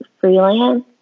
freelance